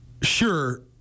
Sure